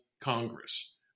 Congress